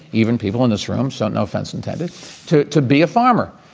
even people in this room. so no offense intended to to be a farmer.